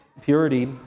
purity